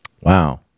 Wow